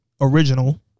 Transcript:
original